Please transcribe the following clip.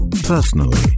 personally